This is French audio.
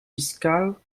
fiscales